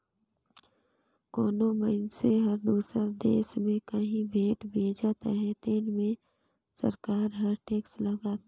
कोनो मइनसे हर दूसर देस में काहीं भेंट भेजत अहे तेन में सरकार हर टेक्स लगाथे